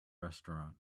restaurant